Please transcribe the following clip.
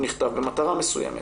הוא נכתב במטרה מסוימת.